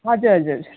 हजुर हजुर